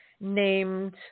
named